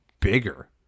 bigger